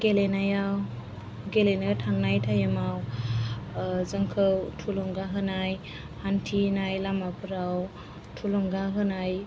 गेलेनायाव गेलेनो थांनाय टाइम आव जोंखौ थुलुंगा होनाय हान्थिनाय लामाफोराव थुलुंगा होनाय